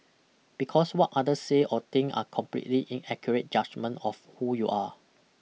because what others say or think are completely inaccurate judgement of who you are